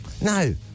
No